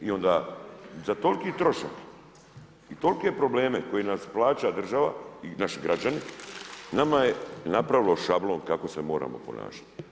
I onda za toliki trošak i tolike probleme koji nas plaća država i naši građani nama je napravilo šablon kako se moramo ponašati.